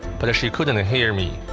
but she couldn't hear me.